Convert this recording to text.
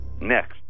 next